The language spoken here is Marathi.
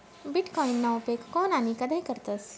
बीटकॉईनना उपेग कोन आणि कधय करतस